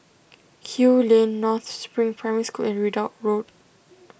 Kew Lane North Spring Primary School and Ridout Road